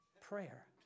prayer